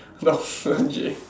doctor J